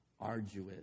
arduous